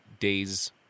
days